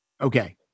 Okay